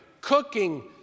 cooking